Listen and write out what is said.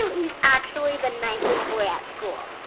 he's actually the nicest boy at school.